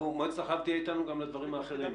מועצת החלב תהיה איתנו גם לדברים האחרים.